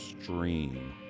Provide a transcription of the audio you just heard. stream